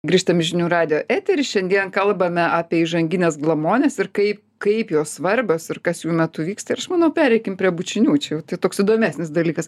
grįžtam į žinių radijo eterį šiandien kalbame apie įžangines glamones ir kaip kaip jos svarbios ir kas jų metu vyksta ir aš manau pereikim prie bučinių čia jau tai toks įdomesnis dalykas